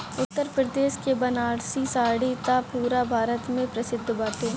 उत्तरप्रदेश के बनारसी साड़ी त पुरा भारत में ही प्रसिद्ध बाटे